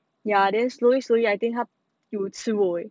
ya it is loosely I didn't ha~ you would 所以